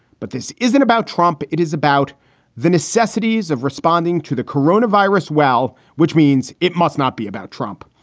but this isn't about trump. it is about the necessities of responding to the corona virus. well, which means it must not be about trump.